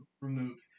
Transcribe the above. removed